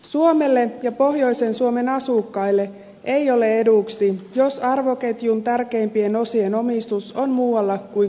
suomelle ja pohjoisen suomen asukkaille ei ole eduksi jos arvoketjun tärkeimpien osien omistus on muualla kuin kotimaassa